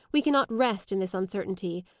we cannot rest in this uncertainty.